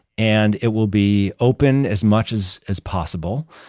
and it will be open as much as as possible.